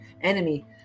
enemy